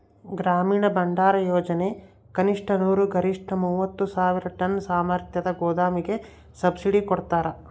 ಗ್ರಾಮೀಣ ಭಂಡಾರಯೋಜನೆ ಕನಿಷ್ಠ ನೂರು ಗರಿಷ್ಠ ಮೂವತ್ತು ಸಾವಿರ ಟನ್ ಸಾಮರ್ಥ್ಯದ ಗೋದಾಮಿಗೆ ಸಬ್ಸಿಡಿ ಕೊಡ್ತಾರ